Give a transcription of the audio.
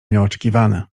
nieoczekiwane